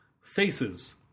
faces